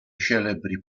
celebri